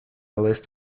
list